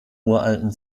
uralten